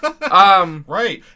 Right